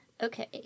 Okay